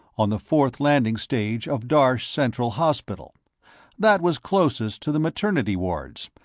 on the fourth landing stage of darsh central hospital that was closest to the maternity wards,